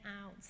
out